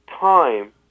time